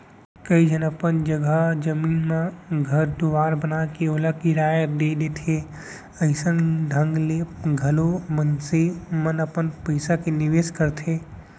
कइ झन अपन जघा जमीन म घर दुवार बनाके ओला किराया दे देथे अइसन ढंग ले घलौ मनसे मन अपन पइसा के निवेस करथे